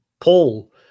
Paul